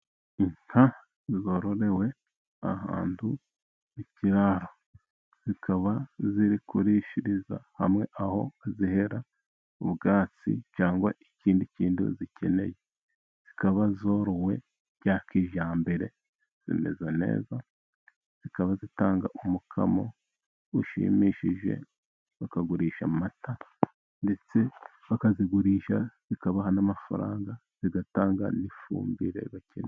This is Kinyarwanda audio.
Inka zororewe ahantu mu kiraro zikaba ziri kurishiriza hamwe aho bazihera ubwatsi cyangwa ikindi kintu zikeneye zikaba zorowe bya kijyambere. Zimeze neza zikaba zitanga umukamo ushimishije bakagurisha amata ndetse bakazigurisha bikabaha n'amafaranga zigatanga n'ifumbire bakene.